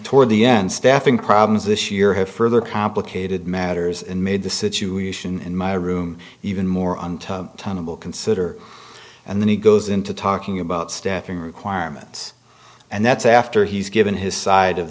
toward the end staffing problems this year have further complicated matters and made the situation in my room even more on time tunnel consider and then he goes into talking about staffing requirements and that's after he's given his side of